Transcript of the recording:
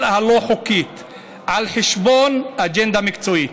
הלא-חוקי על חשבון אג'נדה מקצועית.